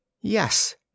Yes